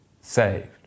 saved